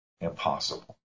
impossible